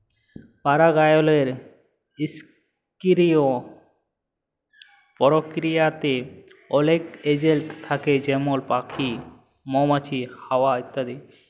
পারাগায়লের সকিরিয় পরকিরিয়াতে অলেক এজেলট থ্যাকে যেমল প্যাখি, মমাছি, হাওয়া ইত্যাদি